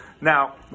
Now